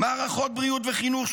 מערכות בריאות וחינוך,